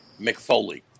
McFoley